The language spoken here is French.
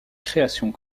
créations